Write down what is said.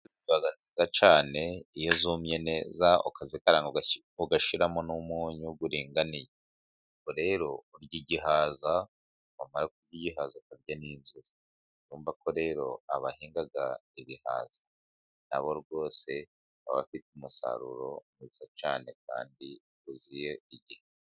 Ziba nziza cyane iyo zumye neza, ukazikaranga ugashyiramo n'umunyu uringaniye, rero urya igihaza wamara kurya igihaza ukarya n'inzuzi, urumva ko rero abahinga ibihaza na bo rwose baba bafite umusaruro mwiza cyane kandi uziye igihe.